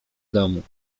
domu